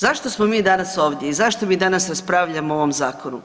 Zašto smo mi danas ovdje i zašto mi danas raspravljamo o ovom zakonu?